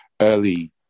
early